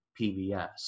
PBS